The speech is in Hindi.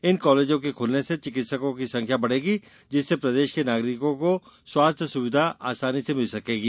इन कालेजों के खुलने से चिकित्सकों की संख्या बढ़ेगी जिससे प्रदेश के नागरिकों को स्वास्थ्य सुविघा आसानी से मिल सकेगी